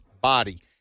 body